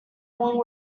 long